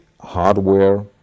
hardware